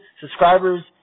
subscribers